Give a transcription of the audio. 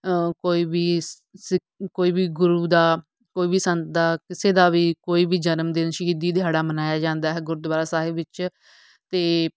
ਕੋਈ ਵੀ ਕੋਈ ਵੀ ਗੁਰੂ ਦਾ ਕੋਈ ਵੀ ਸੰਤ ਦਾ ਕਿਸੇ ਦਾ ਵੀ ਕੋਈ ਵੀ ਜਨਮਦਿਨ ਸ਼ਹੀਦੀ ਦਿਹਾੜਾ ਮਨਾਇਆ ਜਾਂਦਾ ਹੈ ਗੁਰਦੁਆਰਾ ਸਾਹਿਬ ਵਿੱਚ ਅਤੇ